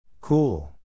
Cool